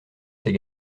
ces